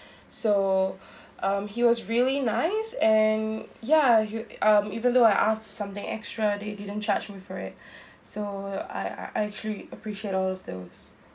so um he was really nice and ya you um even though I asked something extra they didn't charge me for it so I I actually appreciate all of those